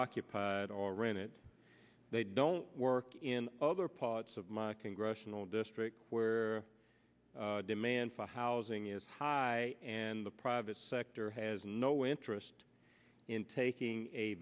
occupied or rent it they don't work in other parts of my congressional district where demand for housing is high and the private sector has no interest in taking a